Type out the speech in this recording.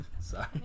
sorry